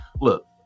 look